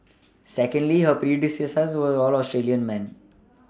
secondly her predecessors were all Australian man